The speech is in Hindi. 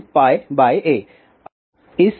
अब इस समीकरण में इस मान को डालें